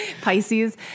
Pisces